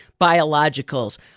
biologicals